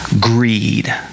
greed